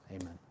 amen